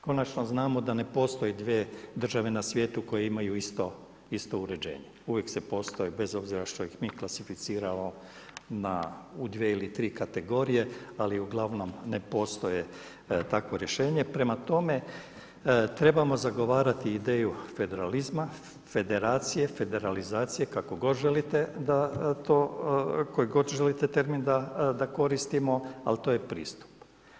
Konačno znamo da ne postoje dvije države na svijetu koje imaju isto uređenje, uvijek se postoje, bez obzira što ih mi klasificiramo u dvije ili tri kategorije, ali uglavnom ne postoje takvo rješenje, prema tome trebamo zagovarati ideju federalizma, federacije, federalizacije kako god želite da to, koji god želite termin da koristimo, ali to je pristup.